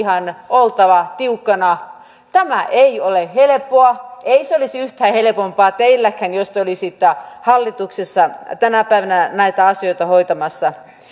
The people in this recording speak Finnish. oltava tiukkana tämä ei ole helppoa ei se olisi yhtään helpompaa teilläkään jos te olisitte hallituksessa tänä päivänä näitä asioita hoitamassa